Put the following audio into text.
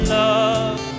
love